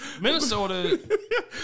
Minnesota